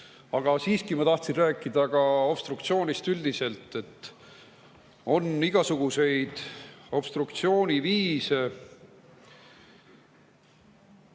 siiski ma tahtsin rääkida ka obstruktsioonist üldiselt, et on igasuguseid obstruktsiooni viise.